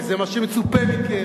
כי זה מה שמצופה מכם,